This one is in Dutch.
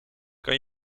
kan